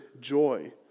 joy